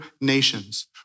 nations